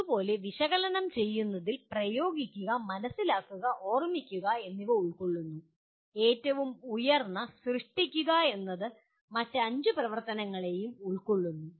അതുപോലെ വിശകലനം ചെയ്യുന്നതിൽ പ്രയോഗിക്കുക മനസിലാക്കുക ഓർമ്മിക്കുക എന്നിവ ഉൾക്കൊള്ളുന്നു ഏറ്റവും ഉയർന്ന സൃഷ്ടിക്കുക എന്നത് മറ്റ് 5 പ്രവർത്തനങ്ങളെയും ഉൾക്കൊള്ളുന്നു